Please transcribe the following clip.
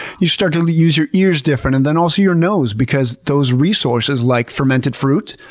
you start to to use your ears different and then also your nose because those resources, like fermented fruit,